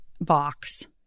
box